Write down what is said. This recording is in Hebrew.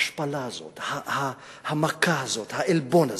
ההשפלה הזאת, המכה הזאת, העלבון הזה,